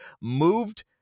Moved